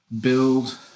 build